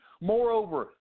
Moreover